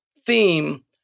theme